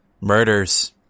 Murders